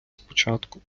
спочатку